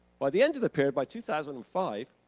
by the end of the period, by two thousand and five,